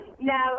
Now